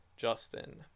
Justin